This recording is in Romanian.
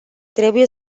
trebuie